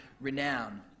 renown